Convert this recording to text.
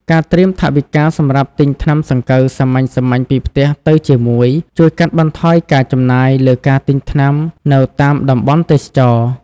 ការត្រៀមថវិកាសម្រាប់ទិញថ្នាំសង្កូវសាមញ្ញៗពីផ្ទះទៅជាមួយ ជួយកាត់បន្ថយការចំណាយលើការទិញថ្នាំនៅតាមតំបន់ទេសចរណ៍។